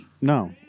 No